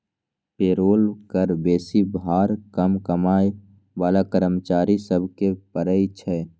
payroll कर बेशी भार कम कमाइ बला कर्मचारि सभ पर पड़इ छै